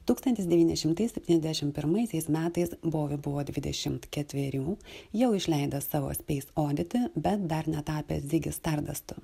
tūkstantis devyni šimtai septyniasdešimt pirmaisiais metais bovi buvo dvidešimt ketverių jau išleido savo space oddity bet dar netapęs zigy stardastu